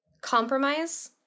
compromise